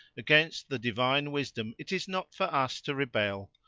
against the divine wisdom it is not for us to rebel.